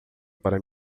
para